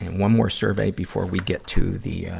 one more survey before we get to the, ah,